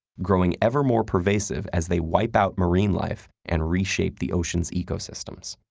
growing ever more pervasive as they wipe out marine life and reshape the ocean's ecosystems.